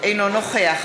אינו נוכח